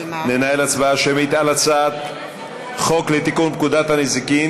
ננהל הצעה שמית על הצעת חוק לתיקון פקודת הנזיקין